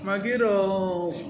omelette